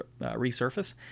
resurface